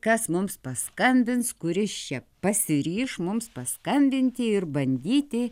kas mums paskambins kuris čia pasiryš mums paskambinti ir bandyti